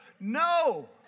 No